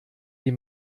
die